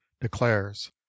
declares